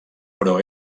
però